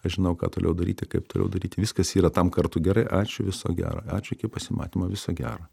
aš žinau ką toliau daryti kaip toliau daryti viskas yra tam kartui gerai ačiū viso gero ačiū iki pasimatymo viso gero